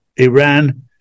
Iran